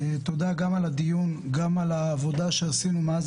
תודה גם על הדיון וגם על העבודה שעשינו מאז